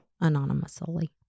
Anonymously